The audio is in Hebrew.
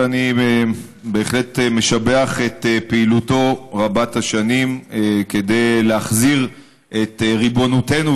שאני בהחלט משבח את פעילותו רבת-השנים כדי להחזיר את ריבונותנו,